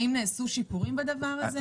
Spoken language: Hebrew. האם נעשו שיפורים בדבר הזה?